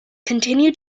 continue